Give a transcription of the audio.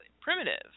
primitive